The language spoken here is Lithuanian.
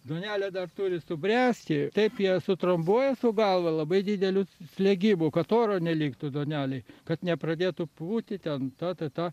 duonelė dar turi subręsti taip jie sutrombuoja su galva labai dideliu slėgimu kad oro neliktų duonelėj kad nepradėtų pūti ten ta ta ta